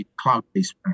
cloud-based